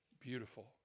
beautiful